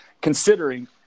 considering